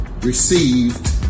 received